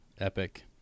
Epic